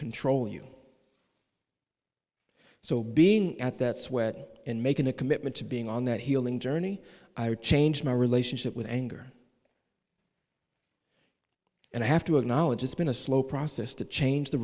control you so being at that sweat in making a commitment to being on that healing journey i would change my relationship with anger and i have to acknowledge it's been a slow process to change the